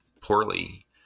poorly